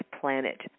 planet